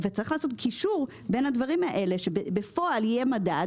צריך לעשות קישור בין הדברים האלה כך שבפועל יהיה מדד